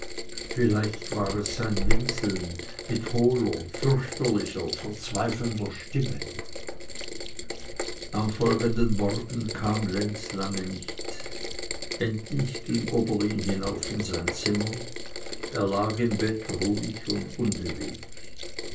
vielleicht war es sein winseln mit hohler fürchterlicher verzweifelnder stimme am folgenden morgen kam lenz lange nicht endlich ging oberlin hinauf in sein zimmer er lag im bett ruhig und unbeweglich